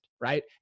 Right